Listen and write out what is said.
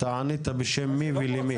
אתה ענית בשם מי ולמי?